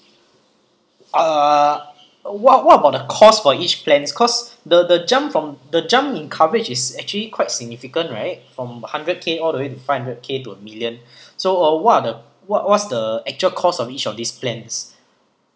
uh what what about the cost for each plan cause the the jump from the jump in coverage is actually quite significant right from hundred K all the way to five hundred K to a million so uh what are the what what's the actual cost of each of these plans